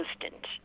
constant